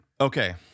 okay